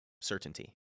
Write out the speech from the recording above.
certainty